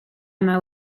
yma